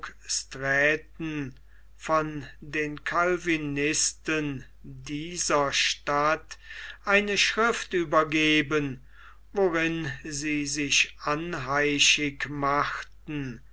hoogstraaten von den calvinisten dieser stadt eine schrift übergeben worin sie sich anheischig machten